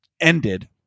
ended